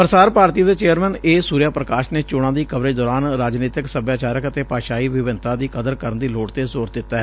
ਪ੍ਰਸਾਰ ਭਾਰਤੀ ਦੇ chairman A Surya Prakash ਨੇ ਚੋਣਾਂ ਦੀ ਕਵਰੇਜ ਦੌਰਾਨ ਰਾਜਨੀਤਕ ਸਭਿਆਚਾਰਕ ਅਤੇ ਭਾਸ਼ਾਈ ਵਿਭਿੰਨਤਾ ਦੀ ਕਦਰ ਕਰਨ ਦੀ ਲੋੜ ਤੇ ਜੋਰ ਦਿੱਤੈ